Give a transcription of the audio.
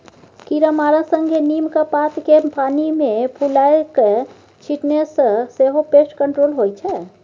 कीरामारा संगे नीमक पात केँ पानि मे फुलाए कए छीटने सँ सेहो पेस्ट कंट्रोल होइ छै